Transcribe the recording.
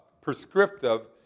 prescriptive